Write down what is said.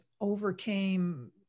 overcame